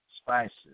spices